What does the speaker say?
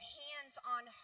hands-on